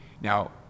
Now